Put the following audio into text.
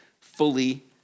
fully